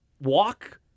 walk